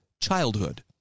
childhood